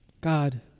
God